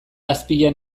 azpian